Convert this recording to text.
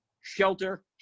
shelter